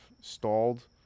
stalled